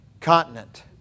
continent